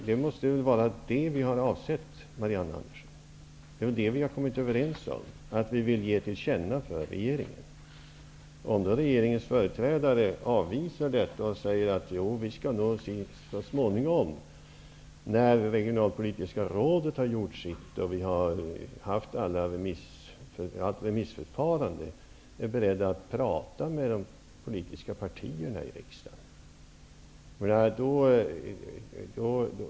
Det måste vara det vi har avsett, Marianne Andersson. Det är det vi har kommit överens om, att vi vill ge till känna för regeringen. Om regeringens företrädare avvisar detta och säger: Jo, vi skall så småningom, när regionalpolitiska rådet har gjort sitt och vi har haft remissförfarandet, vara beredda att prata med de politiska partierna i riksdagen.